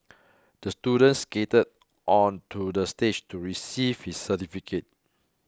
the student skated onto the stage to receive his certificate